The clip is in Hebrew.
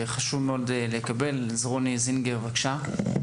רוני זינגר, בבקשה.